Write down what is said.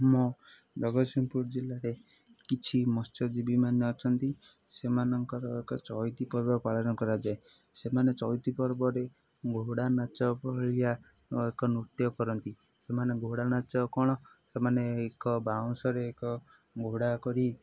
ଆମ ଜଗତସିଂହପୁର ଜିଲ୍ଲାରେ କିଛି ମତ୍ସ୍ୟଜୀବୀମାନେ ଅଛନ୍ତି ସେମାନଙ୍କର ଏକ ଚଇତି ପର୍ବ ପାଳନ କରାଯାଏ ସେମାନେ ଚଇତି ପର୍ବରେ ଘୋଡ଼ା ନାଚ ଭଳିଆ ଏକ ନୃତ୍ୟ କରନ୍ତି ସେମାନେ ଘୋଡ଼ା ନାଚ କ'ଣ ସେମାନେ ଏକ ବାଉଁଶରେ ଏକ ଘୋଡ଼ା କରି